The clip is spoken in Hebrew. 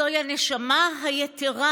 זוהי הנשמה היתרה,